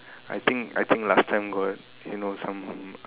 I think I think last time got you know some